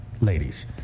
ladies